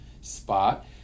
spot